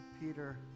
Peter